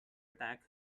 attack